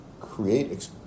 create